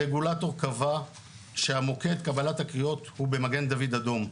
הרגולטור קבע שהמוקד קבלת הקריאות הוא במגן דוד אדום.